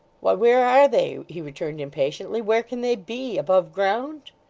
why, where are they he returned impatiently. where can they be? above ground